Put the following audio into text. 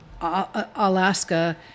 Alaska